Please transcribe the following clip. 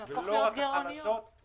ולא רק החלשות,